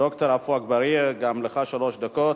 ד"ר עפו אגבאריה, גם לך שלוש דקות.